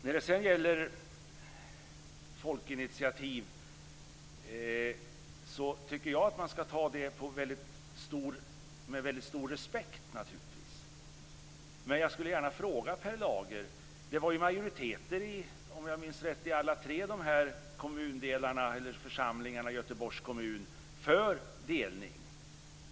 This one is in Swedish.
När det sedan gäller folkliga initiativ vill jag säga att sådana skall tas med väldigt stor respekt. Men jag skulle gärna vilja ställa en fråga till Per Lager. Om jag minns rätt var det majoritet för delning i alla de tre församlingarna i Göteborgs kommun.